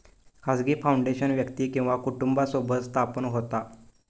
खाजगी फाउंडेशन व्यक्ती किंवा कुटुंबासोबत स्थापन होता